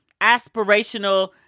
aspirational